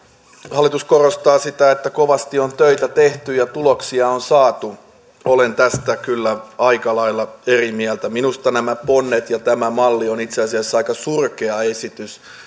hallitus korostaa sitä että kovasti on töitä tehty ja tuloksia on saatu olen tästä kyllä aika lailla eri mieltä minusta nämä ponnet ja tämä malli ovat itse asiassa aika surkea esitys